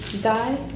die